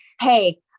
Hey